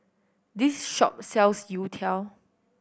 this shop sells youtiao